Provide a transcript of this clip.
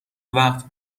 وقت